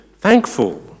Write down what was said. thankful